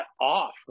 off